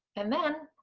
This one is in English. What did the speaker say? and then,